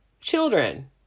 Children